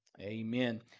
Amen